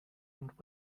and